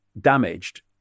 damaged